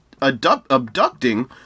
abducting